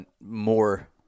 more